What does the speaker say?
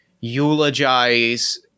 eulogize